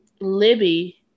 Libby